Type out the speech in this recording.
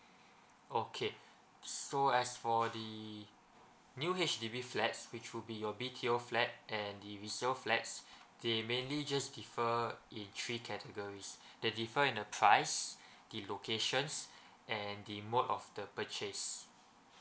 okay so as for the new H_D_B flats which will be your B_T_O flat and the resale flats they mainly just differ in three categories they differ in the price the locations and the mode of the purchase